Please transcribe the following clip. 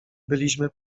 byliśmy